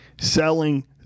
selling